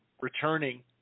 returning